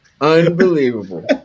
Unbelievable